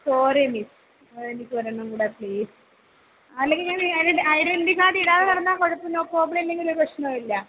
sorry miss എനിക്ക് ഒരെണ്ണം കൂടെ പ്ലീസ് അല്ലെങ്കി ഞാന് ഐഡന് ഐഡൻ്റി കാർഡ് ഇടാതെ നടന്നാല് കുഴപ്പ നോ പ്രോബ്ലം ഇല്ലെങ്കില് ഒരു പ്രശ്നവുമില്ലാ